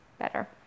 better